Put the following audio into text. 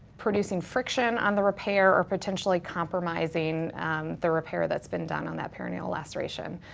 producing friction on the repair or potentially compromising the repair that's been done on that perineal laceration.